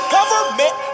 Government